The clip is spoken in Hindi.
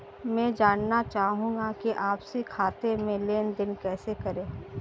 मैं जानना चाहूँगा कि आपसी खाते में लेनदेन कैसे करें?